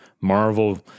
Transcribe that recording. marvel